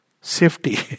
safety